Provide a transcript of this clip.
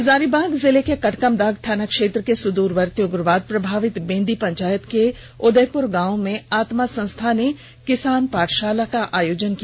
हजारीबाग जिले के कटकमदाग थाना क्षेत्र के सुदूरवर्ती उग्रवाद प्रभावित बेंदी पंचायत के उदयप्र गांव में आत्मा संस्था ने किसान पाठशाला का आयोजन किया